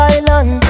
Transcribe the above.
Island